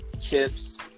chips